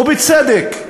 ובצדק,